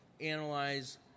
analyze